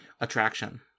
attraction